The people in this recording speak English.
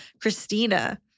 Christina